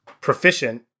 proficient